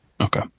Okay